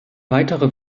weiterer